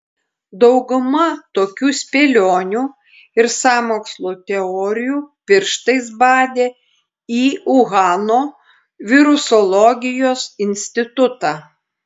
dauguma tokių spėlionių ir sąmokslo teorijų pirštais badė į uhano virusologijos institutą